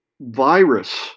virus